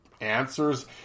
answers